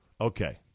Okay